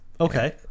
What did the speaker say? Okay